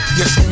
yes